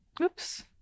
oops